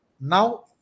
now